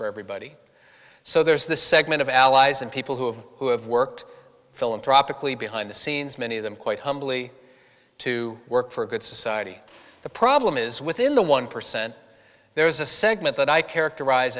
for everybody so there's the segment of allies and people who have who have worked philanthropic lee behind the scenes many of them quite humbly to work for a good society the problem is within the one percent there is a segment that i characterize